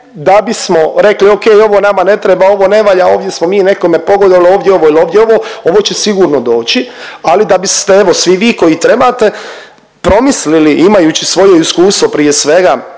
da bismo rekli, okej, ovo nama ne treba, ovo ne valja, ovdje smo mi nekome pogodovali, ovdje ovo ili ovdje ovo, ovo će sigurno doći, ali da biste, evo, svi vi koji trebate, promislili imajući svoje iskustvo prije svega,